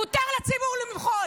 מותר לציבור למחות,